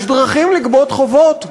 יש דרכים לגבות חובות,